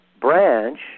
branch